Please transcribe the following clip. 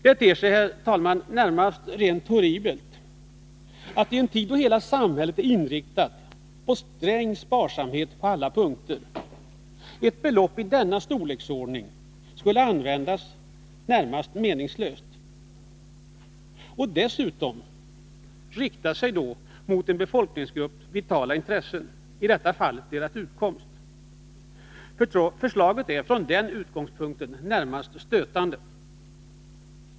Det ter sig, herr talman, närmast horribelt att, i en tid då hela samhället är inriktat på sträng sparsamhet på alla punkter, ett belopp i denna storleksordning skulle användas i det närmaste meningslöst. Dessutom riktar det sig mot en befolkningsgrupps vitala intressen, i detta fall dess utkomst. Förslaget är från den utgångspunkten närmast stötande.